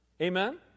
Amen